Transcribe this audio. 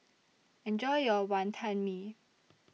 Enjoy your Wantan Mee